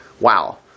Wow